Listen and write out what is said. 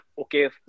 okay